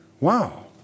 Wow